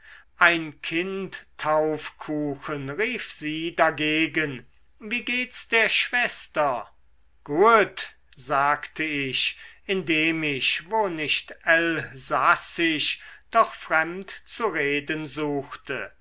ein kindtaufkuchen rief sie dagegen wie geht's der schwester guet sagte ich indem ich wo nicht elsassisch doch fremd zu reden suchte